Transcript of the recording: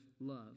love